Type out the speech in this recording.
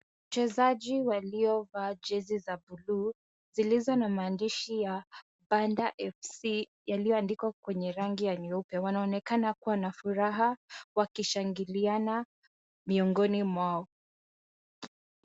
Wachezaji waliovaa jezi za buluu zilizo na maandishi ya banda FC yaliyoandikwa kwenye rangi ya nyeupe. Wanaonekana kuwa na furaha wakishangiliana miongoni mwao.